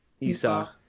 esau